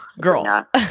Girl